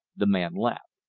the man laughed.